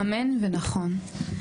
אמן ונכון.